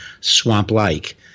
swamp-like